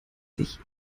sich